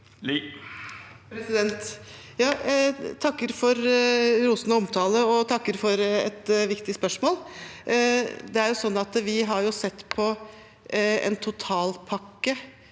takker for rosende omtale og for et viktig spørsmål. Vi har sett på en totalpakke